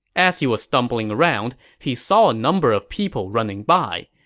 as he was stumbling around, he saw a number of people running by.